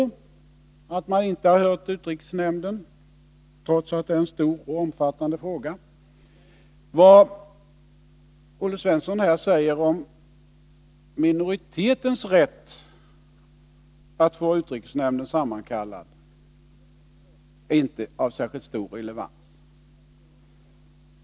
Man har inte hört utrikesnämnden, trots att det är en stor och omfattande fråga. Vad Olle Svensson här säger om minoritetens rätt att få utrikesnämnden sammankallad har inte särskilt stor relevans.